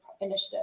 initiative